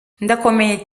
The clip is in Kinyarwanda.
ndakomeye